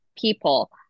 people